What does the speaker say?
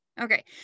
Okay